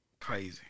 Crazy